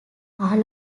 are